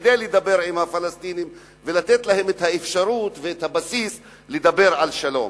כדי לדבר עם הפלסטינים ולתת להם את האפשרות ואת הבסיס לדבר על שלום.